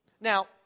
Now